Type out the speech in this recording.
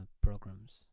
programs